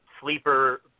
sleeper